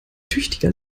tüchtiger